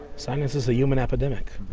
silence is a human epedemic.